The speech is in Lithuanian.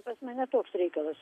pas mane toks reikalas